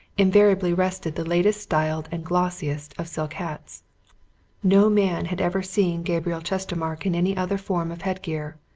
invariably rested the latest-styled and glossiest of silk hats no man had ever seen gabriel chestermarke in any other form of head-gear,